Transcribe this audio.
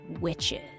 witches